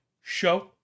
show